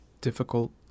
difficult